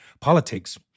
politics